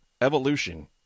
Evolution